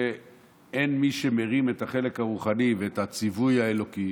כשאין מי שמרים את החלק הרוחני ואת הציווי האלוקי,